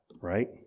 right